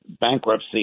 bankruptcy